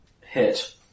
Hit